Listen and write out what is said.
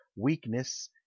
weakness